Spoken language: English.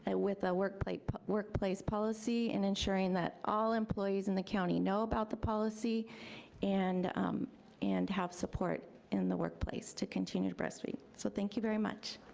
ah with ah a but workplace policy, and ensuring that all employees in the county know about the policy and and have support in the workplace to continue to breastfeed. so, thank you very much.